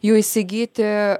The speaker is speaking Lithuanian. jų įsigyti